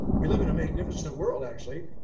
we live in a magnificent world actually.